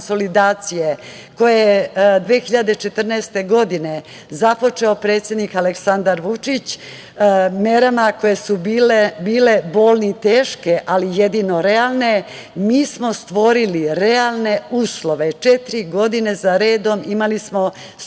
koje je 2014. godine započeo predsednik Aleksandar Vučić, merama koje su bile bolne i teške, ali jedino realne, mi smo stvorili realne uslove, četiri godine za redom imali smo suficit